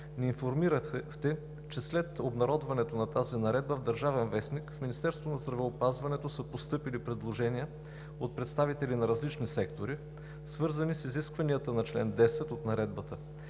ни информирахте, че след обнародването на тази наредба в „Държавен вестник“ в Министерството на здравеопазването са постъпили предложения от представители на различни сектори, свързани с изискванията на чл. 10 от Наредбата.